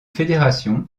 fédération